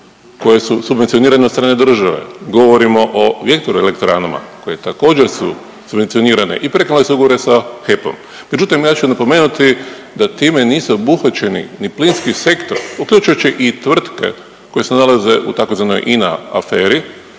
koje su subvencionirane od strane države, govorimo o vjetroelektranama, koje također su subvencionirane i preko .../Govornik se ne razumije./... sa HEP-om. Međutim, ja ću napomenuti da time nisu obuhvaćeni ni plinski sektor, uključujući i tvrtke koje se nalaze u tzv. INA aferi